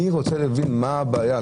אני רוצה להבין מה הבעיה,